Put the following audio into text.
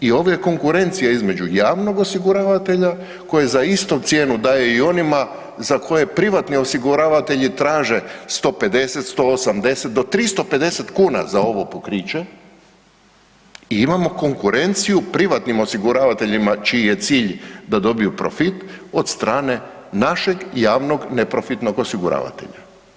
I ovo je konkurencija između javnog osiguravatelja koji za istu cijenu daje i onima za koje privatni osiguravatelji traže 150, 180 do 350 kuna za ovo pokriće i imamo konkurenciju u privatnim osiguravateljima čiji je cilj da dobiju profit od strane našeg javnog neprofitnog osiguravatelja.